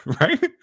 right